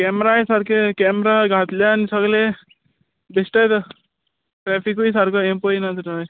कॅमराय सारके कॅमरा घातले आनी सगले बॅश्टेत ट्रेफीकूय सामके हे पळयना